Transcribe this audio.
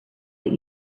that